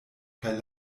kaj